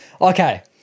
Okay